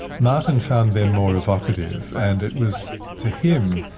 martin found them more evocative, and it was, to him,